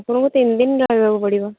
ଆପଣଙ୍କୁ ତିନ୍ ଦିନ୍ ରହିବାକୁ ପଡ଼ିବ